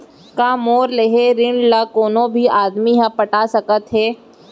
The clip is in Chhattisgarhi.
का मोर लेहे ऋण ला कोनो भी आदमी ह पटा सकथव हे?